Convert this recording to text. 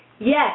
Yes